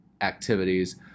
activities